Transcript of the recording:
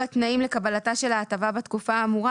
התנאים לקבלתה של ההטבה בתקופה האמורה',